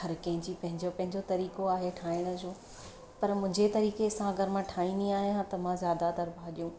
हर कंहिंजी पंहिंजो पंहिंजो तरीक़ो आहे ठाहिण जो पर मुंहिंजे तरीक़े सां अगरि मां ठाहींदी आहियां त मां ज़्यादातर भाॼियूं